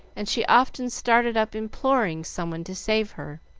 and she often started up imploring someone to save her.